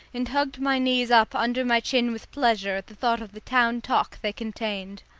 and hugged my knees up under my chin with pleasure at the thought of the town-talk they contained.